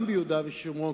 גם ביהודה ושומרון,